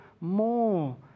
more